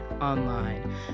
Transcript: online